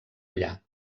allà